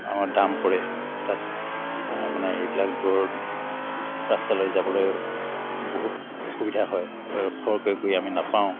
আমাৰ দাম পৰে তাত মানে এইবিলাক দূৰত ৰাস্তালৈ যাবলৈ বহুত অসুবিধা হয় খৰকৈ গৈ আমি নাপাওঁ